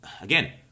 Again